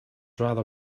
rather